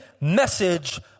Message